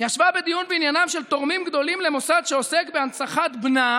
ישבה בדיון בעניינם של תורמים גדולים למוסד שעוסק בהנצחת בנה